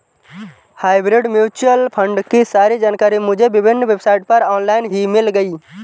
hybrid mutual fund की सारी जानकारी मुझे विभिन्न वेबसाइट पर ऑनलाइन ही मिल गयी